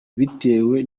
bitewe